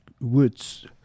woods